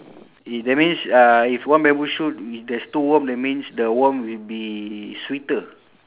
if that means uh if one bamboo shoot there's two worm that means the worm will be sweeter